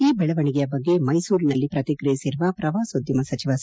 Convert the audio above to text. ಈ ಬೆಳವಣಿಗೆಯ ಬಗ್ಗೆ ಮ್ಮೆಸೂರಿನಲ್ಲಿ ಪ್ರತಿಕ್ರಯಿಸಿರುವ ಪ್ರವಾಸೋದ್ಯಮ ಸಚಿವ ಸಿ